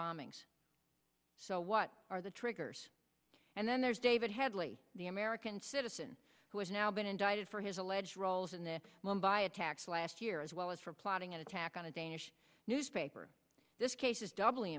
bombings so what are the triggers and then there's david headley the american citizen who has now been indicted for his alleged roles in the mumbai attacks last year as well as for plotting an attack on a danish newspaper this case is doubl